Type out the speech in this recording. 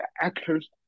actors